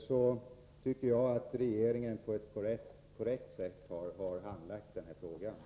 Jag tycker därför att regeringen har handlagt den här frågan på ett korrekt sätt.